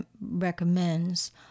recommends